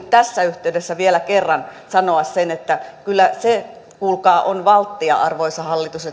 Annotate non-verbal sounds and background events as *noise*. *unintelligible* tässä yhteydessä vielä kerran sanoa sen että kyllä se kuulkaa on valttia arvoisa hallitus *unintelligible*